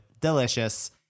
Delicious